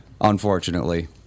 Unfortunately